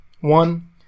one